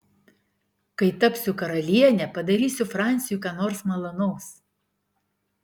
kai tapsiu karaliene padarysiu franciui ką nors malonaus